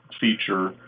feature